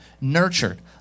nurtured